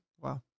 Wow